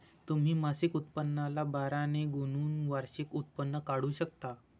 तुम्ही मासिक उत्पन्नाला बारा ने गुणून वार्षिक उत्पन्न काढू शकता